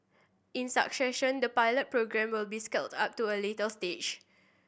in the pilot programme will be scaled up to a later stage